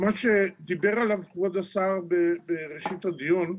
מה שדיבר עליו כבוד השר בראשית הדיון,